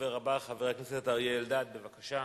הדובר הבא, חבר הכנסת אריה אלדד, בבקשה.